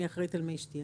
אני אחראית על מי שתייה.